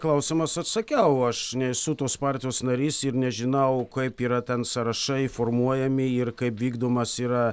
klausimas atsakiau aš nesu tos partijos narys ir nežinau kaip yra ten sąrašai formuojami ir kaip vykdomas yra